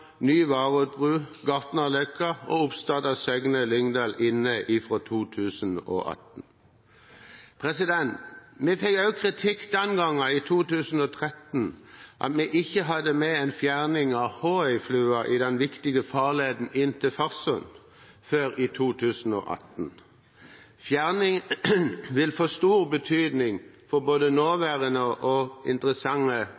ny Varoddbru, Gartnerløkka og oppstart av Søgne–Lyngdal inne fra 2018. Vi fikk også kritikk den gangen, i 2013, for at vi ikke hadde med en fjerning av Håøyflua i den viktige farleden inn til Farsund før i 2018. Fjerning vil få stor betydning for